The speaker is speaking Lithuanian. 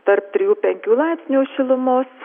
tarp trijų penkių laipsnių šilumos